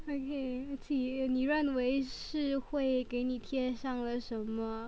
okay 你认为社会给你贴上了什么